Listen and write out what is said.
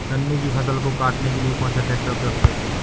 गन्ने की फसल को काटने के लिए कौन सा ट्रैक्टर उपयुक्त है?